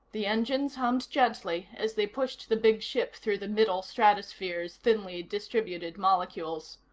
the engines hummed gently as they pushed the big ship through the middle stratosphere's thinly distributed molecules.